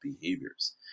behaviors